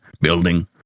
building